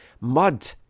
mud